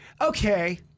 Okay